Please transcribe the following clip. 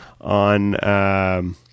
on